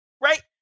right